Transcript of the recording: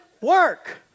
work